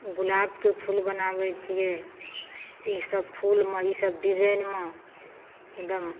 गुलाबके फूल बनाबय छियै ईसब फूलमे ईसब डिजाइनमे एकदम